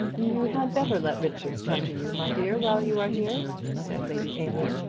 you had better let richards come to you, my dear, while you are here, said lady aylmer,